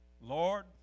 Lord